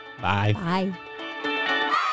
Bye